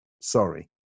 Sorry